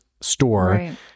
store